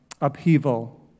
upheaval